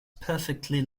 perfectly